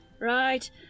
Right